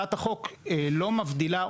הצעת החוק לא מבדילה,